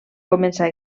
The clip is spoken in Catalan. començar